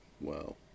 Wow